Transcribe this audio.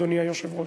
אדוני היושב-ראש.